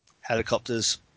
Helicopters